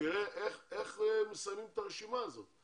ותראה איך מסיימים את הרשימה הזאת.